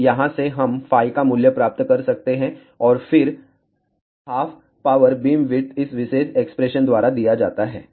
तो यहां से हम φ का मूल्य प्राप्त कर सकते हैं और फिर हाफ पावर बीमविड्थ इस विशेष एक्सप्रेशन द्वारा दिया जाता है